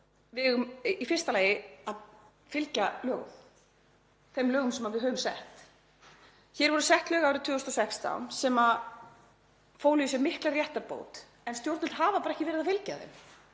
við eigum í fyrsta lagi að fylgja lögum sem við höfum sett. Hér voru sett lög árið 2016 sem fólu í sér mikla réttarbót en stjórnvöld hafa ekki verið að fylgja þeim,